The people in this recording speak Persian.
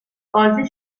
بازی